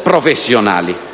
professionali.